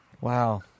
Wow